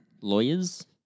Lawyers